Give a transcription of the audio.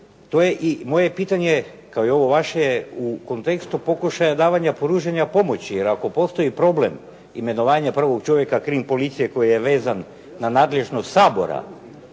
ovo vaše je u kontekstu davanja, pružanja pomoći jer ako postoji problem imenovanja prvog čovjeka krim policije koji je vezan na nadležnost Sabora